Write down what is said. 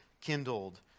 kindled